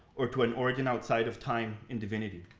or to an origin outside of time in divinity.